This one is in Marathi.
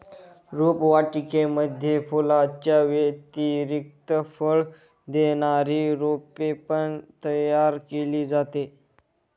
रोपवाटिकेमध्ये फुलांच्या व्यतिरिक्त फळ देणारी रोपे पण तयार केली जातात